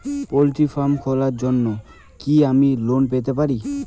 Poultry farm খোলার জন্য কি আমি লোন পেতে পারি?